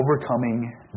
overcoming